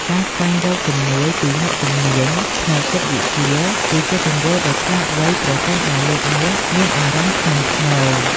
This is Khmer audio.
ការស្វែងរកជំនួយពីអ្នកជំនាញផ្នែកចិត្តវិទ្យា គឺជាទង្វើដ៏ឆ្លាតវៃប្រសិនបើលោកអ្នកមានអារម្មណ៍ធ្ងន់ធ្ងរ។